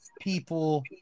people